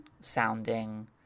sounding